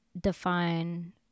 define